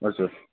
हजुर